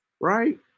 right